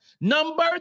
Number